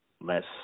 less